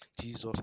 Jesus